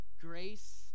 Grace